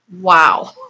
Wow